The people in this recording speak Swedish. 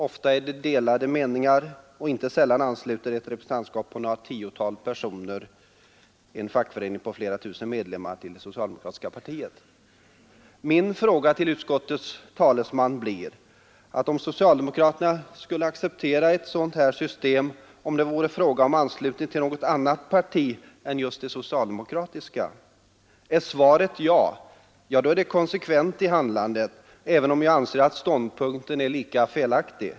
Ofta är det delade meningar, och inte sällan ansluter ett representantskap på några tiotal personer en fackförening på flera tusen medlemmar till det socialdemokratiska partiet. Min fråga till utskottets talesman blir om socialdemokraterna skulle acceptera ett sådant här system om det vore fråga om anslutning till annat parti än just det socialdemokratiska? Är svaret ja, är det konsekvens i handlandet, även om jag anser att ståndpunkten är lika felaktig.